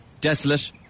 desolate